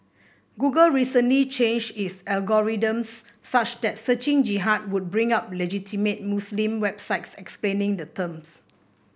google recently changed its algorithms such that searching Jihad would bring up legitimate Muslim websites explaining the terms